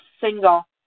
single